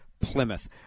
plymouth